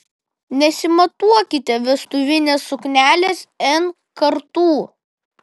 nesimatuokite vestuvinės suknelės n kartų